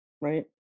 right